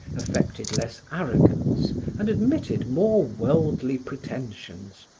affected less arrogance and admitted more worldly pretentions.